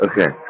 Okay